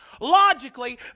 Logically